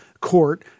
court